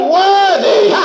worthy